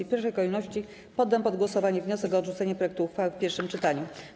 W pierwszej kolejności poddam pod głosowanie wniosek o odrzucenie projektu uchwały w pierwszym czytaniu.